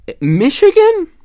Michigan